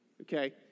Okay